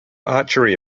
archery